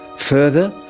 further,